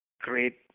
great